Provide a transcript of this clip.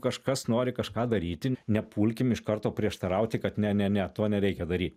kažkas nori kažką daryti nepulkim iš karto prieštarauti kad ne ne ne to nereikia daryt